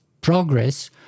progress